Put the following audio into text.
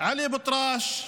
עלי אבו טראש,